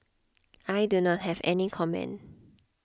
I do not have any comment